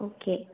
okay